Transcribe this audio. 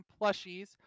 plushies